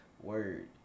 Word